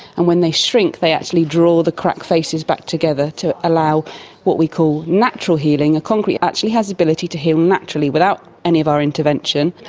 and when they shrink they actually draw the crack faces back together to allow what we call natural healing. concrete actually has the ability to heal naturally without any of our intervention,